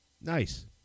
nice